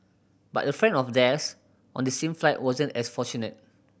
but a friend of theirs on the same flight wasn't as fortunate